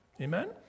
amen